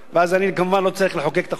ואז אני כמובן לא צריך לחוקק את החוק.